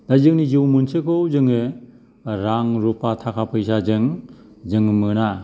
दा जोंनि जिउ मोनसेखौ जोङो रां रुफा थाखा फैसाजों जों मोना